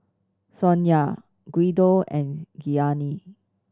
Sonya Guido and Gianni